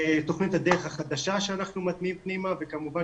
תוכנית "הדרך החדשה" שאנחנו מטמיעים פנימה וכמובן